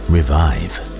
Revive